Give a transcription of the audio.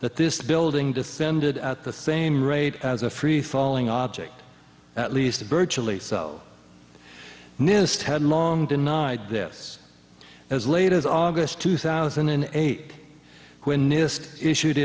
that this building descended at the same rate as a free falling object at least virtually so nist had long denied this as late as august two thousand and eight when nist issue